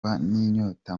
n’inyota